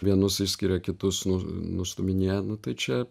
vienus išskiria kitus nustūminėja nu tai čia